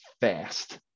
fast